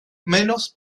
menos